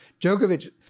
Djokovic